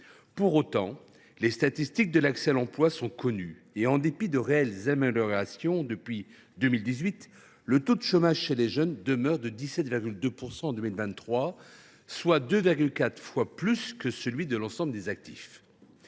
Pour autant, les statistiques de l’accès à l’emploi sont connues et, en dépit de réelles améliorations depuis 2018, le taux de chômage chez les jeunes demeure de 17,2 % en 2023, soit un niveau 2,4 fois plus élevé que celui de l’ensemble des actifs.